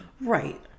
right